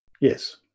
Yes